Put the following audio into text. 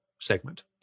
segment